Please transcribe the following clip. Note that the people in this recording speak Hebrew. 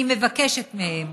אני מבקשת מהם: